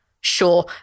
sure